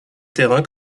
terrain